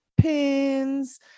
Pins